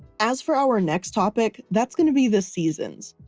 as for our next topic, that's gonna be the seasons.